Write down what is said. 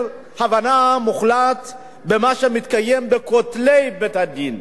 הבנה מוחלט של מה שמתקיים בין כותלי בית-הדין.